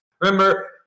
Remember